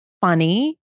funny